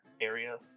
area